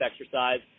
exercise